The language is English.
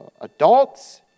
adults